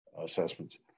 assessments